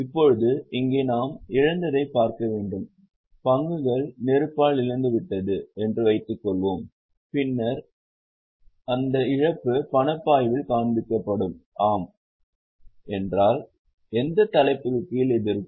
இப்போது இங்கே நாம் இழந்ததைப் பார்க்க வேண்டும் பங்குகள் நெருப்பால் இழந்துவிட்டது என்று வைத்துக்கொள்வோம் பின்னர் அந்த இழப்பு பணப்பாய்வில் காண்பிக்கபடும் ஆம் என்றால் எந்த தலைப்புக்கு கீழ் இது இருக்கும்